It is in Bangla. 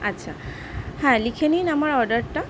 আচ্ছা হ্যাঁ লিখে নিন আমার অর্ডারটা